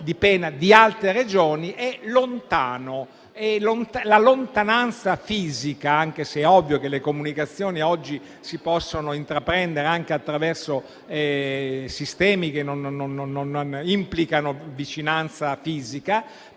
di altre Regioni, è lontano e la lontananza fisica di un provveditorato, anche se è ovvio che le comunicazioni oggi si possono intraprendere anche attraverso sistemi che non implicano vicinanza fisica